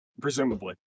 Presumably